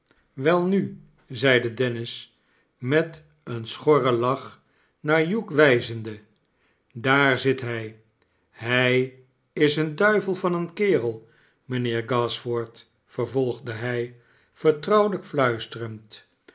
welnu zeide dennis met een schorren lach naar hugh wijzende daar zit hij hij is een duivel van een kerel mijnheer gashford vervolgde hij vertrouwelijk fluisterend